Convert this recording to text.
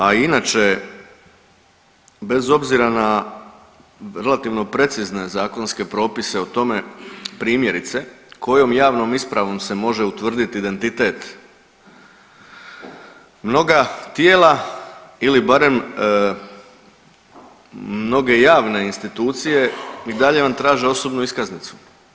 A inače, bez obzira na relativno precizne zakonske propise o tome primjerice kojom javnom ispravnom se može utvrditi identitet, mnoga tijela ili barem mnoge javne institucije i dalje vam traže osobnu iskaznicu.